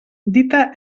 dita